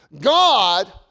God